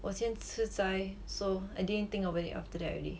我今天吃齋 so I didn't think of any after that already